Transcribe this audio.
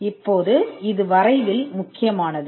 இப்போது இது வரைவில் முக்கியமானது